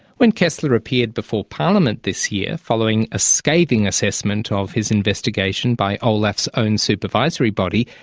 when kessler appeared before parliament this year following a scathing assessment of his investigation by olaf's own supervisory body,